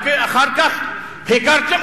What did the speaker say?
אחר כך הכרתם,